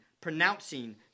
pronouncing